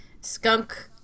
skunk